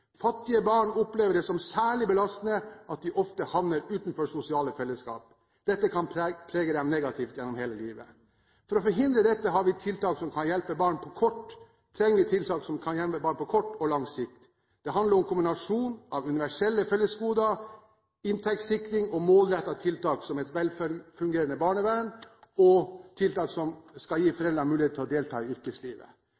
Fattige barn opplever det som særlig belastende at de ofte havner utenfor sosiale fellesskap. Dette kan prege dem negativt gjennom hele livet. For å forhindre dette trenger vi tiltak som kan hjelpe barn på kort og lang sikt. Det handler om en kombinasjon av universelle fellesgoder, inntektssikring og målrettede tiltak, som et velfungerende barnevern og tiltak som skal gi